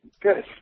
good